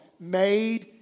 made